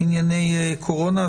בענייני קורונה.